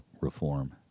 reform